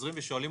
חוזרים ושואלים,